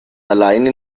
alleine